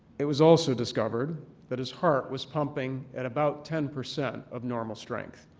it was also discovered that his heart was pumping at about ten percent of normal strength.